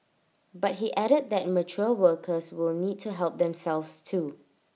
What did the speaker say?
but he added that mature workers will need to help themselves too